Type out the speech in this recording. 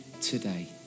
today